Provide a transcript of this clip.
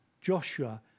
Joshua